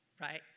Right